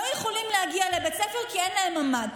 לא יכולים להגיע לבית ספר כי אין להם ממ"ד.